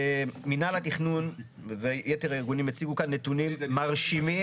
מינהל התכנון ויתר הארגונים הציגו כאן נתונים מרשימים,